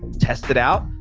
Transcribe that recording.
test it out.